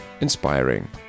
inspiring